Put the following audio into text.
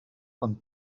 ond